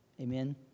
Amen